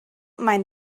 mind